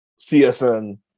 CSN